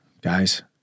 Guys